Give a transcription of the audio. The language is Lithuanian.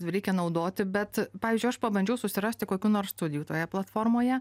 reikia naudoti bet pavyzdžiui aš pabandžiau susirasti kokių nors studijų toje platformoje